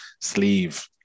Sleeve